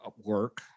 work